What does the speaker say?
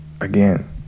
again